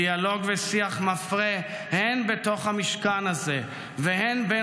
דיאלוג ושיח מפרה הן בתוך המשכן הזה והן בין